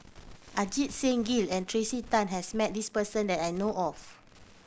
Ajit Singh Gill and Tracey Tan has met this person that I know of